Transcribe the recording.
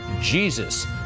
Jesus